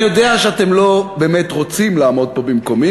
אני יודע שאתם לא באמת רוצים לעמוד פה במקומי,